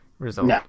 Result